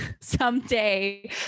someday